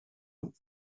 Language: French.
nous